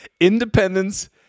Independence